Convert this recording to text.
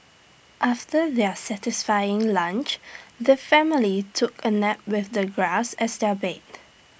after their satisfying lunch the family took A nap with the grass as their bed